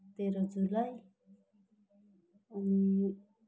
तेह्र जुलाई अनि